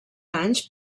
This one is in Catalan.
anys